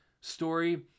story